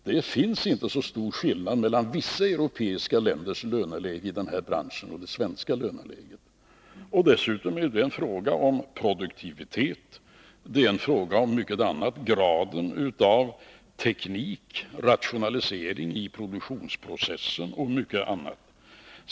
Det är inte så stor skillnad mellan vissa europeiska länders löneläge i den här branschen och det svenska. Dessutom är det ju en fråga om produktivitet, och det är en fråga om graden av teknik, rationalisering i produktionsprocessen och mycket annat.